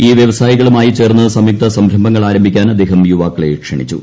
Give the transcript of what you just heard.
ഈ വ്യവസ്ട്യികളുമായി ചേർന്ന് സംയുക്ത സംരംഭങ്ങൾ ആരംഭിക്കാൻ അദ്ദേഹം യുവാക്കളെ ക്ഷണിച്ചു